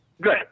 Good